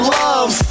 love